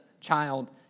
child